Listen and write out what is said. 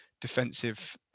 defensive